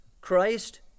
Christ